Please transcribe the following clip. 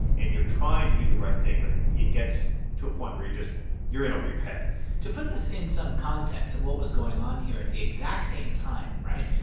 and you're trying to do the right thing, but it gets to a point where you're just you're in over your head to put this in some context of what was going on here at the exact same time right?